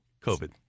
COVID